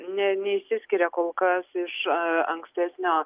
ne neišsiskiria kol kas iš ankstesnios